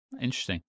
Interesting